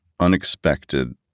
unexpected